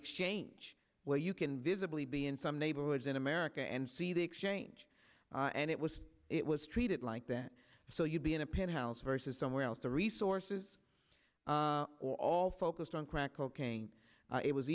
exchange where you can visibly be in some neighborhoods in america and see the exchange and it was it was treated like that so you'd be in a penthouse versus somewhere else the resources or all focused on crack cocaine it was